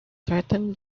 threatened